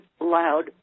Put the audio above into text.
loud